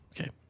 okay